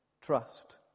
trust